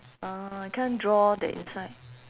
orh can't draw the inside